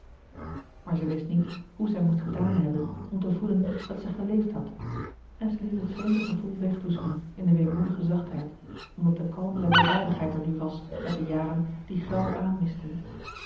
maar zij wist niet hoe zij moest gedaan hebben om te voelen dat zij geleefd had en zij liet het vreemde gevoel wegdoezelen in de weemoedige zachtheid omdat de kalmere weldadigheid er nu was met de jaren die grauw